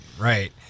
right